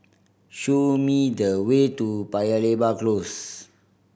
show me the way to Paya Lebar Close